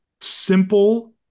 Simple